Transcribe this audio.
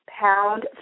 pound